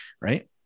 right